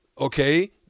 okay